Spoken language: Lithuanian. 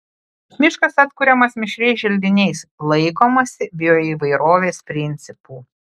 miškas atkuriamas mišriais želdiniais laikomasi bioįvairovės principų